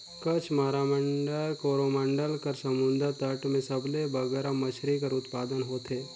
कच्छ, माराबार, कोरोमंडल कर समुंदर तट में सबले बगरा मछरी कर उत्पादन होथे